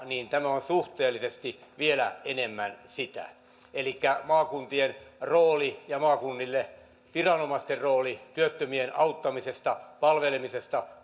tämä on suhteellisesti vielä enemmän sitä elikkä maakuntien rooli ja maakuntien viranomaisten rooli työttömien auttamisessa palvelemisessa